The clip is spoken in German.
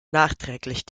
nachträglich